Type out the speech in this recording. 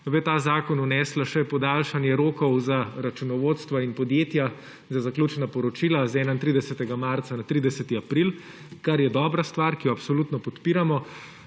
v ta zakon vnesla še podaljšanje rokov za računovodstva in podjetja za zaključna poročila z 31. marca na 30. april, kar je dobra stvar, ki jo absolutno podpiramo.